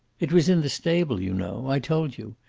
it was in the stable, you know, i told you.